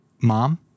Mom